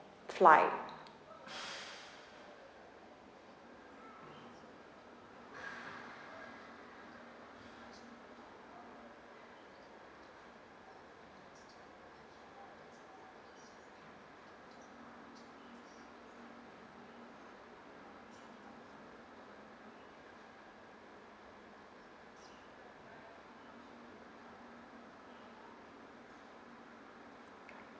flight